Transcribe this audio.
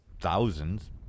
thousands